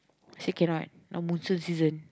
say cannot now monsoon season